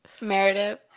Meredith